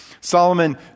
Solomon